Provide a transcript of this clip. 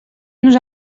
nos